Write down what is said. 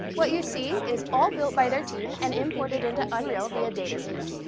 what you see is all built by their team and imported into unreal via datasmith.